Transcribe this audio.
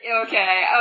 okay